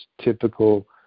typical